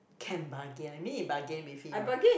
can bargain you mean you bargain with him ah